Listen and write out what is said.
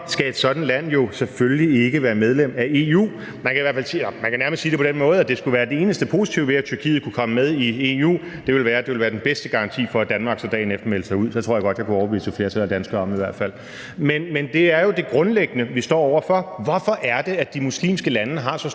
skal et sådant land jo selvfølgelig ikke være medlem af EU. Man kan nærmest sige det på den måde, at det skulle være det eneste positive ved, at Tyrkiet kunne komme med i EU, at det ville være den bedste garanti for, at Danmark så dagen efter meldte sig ud. Det tror jeg i hvert fald godt jeg kunne overbevise et flertal af danskerne om. Men det er jo det grundlæggende, vi står over for: Hvorfor er det, at de muslimske lande har så store